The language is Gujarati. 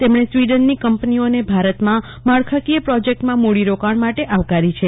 તેમણે સ્વીડનની કંપનીઓને ભારતમાં માળખાંકીય પ્રોજેકટમાં મૂડીરોકાણ માટે આવકારી છે